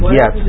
yes